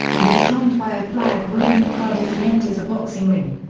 and is joined by a flag-waving crowd as he enters a boxing ring.